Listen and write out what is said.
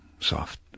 soft